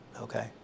okay